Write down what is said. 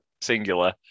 singular